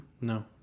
No